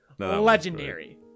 legendary